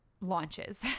launches